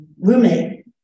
roommate